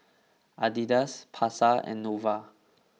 Adidas Pasar and Nova